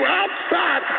outside